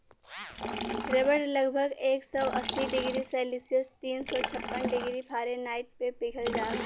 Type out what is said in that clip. रबड़ लगभग एक सौ अस्सी डिग्री सेल्सियस तीन सौ छप्पन डिग्री फारेनहाइट पे पिघल जाला